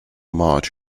much